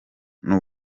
n’u